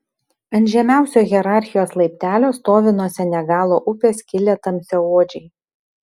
ant žemiausio hierarchijos laiptelio stovi nuo senegalo upės kilę tamsiaodžiai